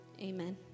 Amen